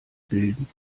bilden